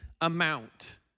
amount